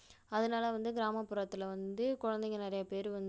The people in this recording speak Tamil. அதனால் வந்து கிராமப்புறத்தில் வந்து குழந்தைங்க நிறையாப் பேர் வந்து